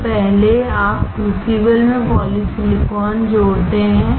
तो पहले आप क्रूसिबल में पॉलीसिलिकॉन जोड़ते हैं